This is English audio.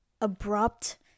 abrupt